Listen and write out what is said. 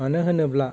मानो होनोब्ला